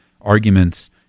arguments